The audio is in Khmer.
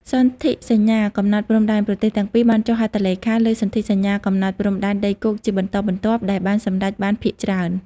សន្ធិសញ្ញាកំណត់ព្រំដែន ប្រទេសទាំងពីរបានចុះហត្ថលេខាលើសន្ធិសញ្ញាកំណត់ព្រំដែនដីគោកជាបន្តបន្ទាប់ ដែលបានសម្រេចបានភាគច្រើន។